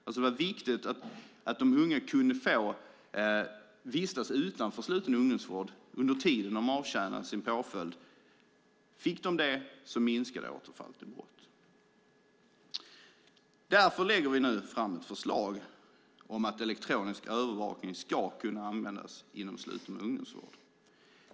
Det var alltså viktigt att de unga kunde få vistas utanför sluten ungdomsvård under tiden de avtjänade sin påföljd. Fick de det minskade återfallen i brott. Därför lägger vi nu fram ett förslag om att elektronisk övervakning ska kunna användas inom sluten ungdomsvård.